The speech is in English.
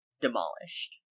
demolished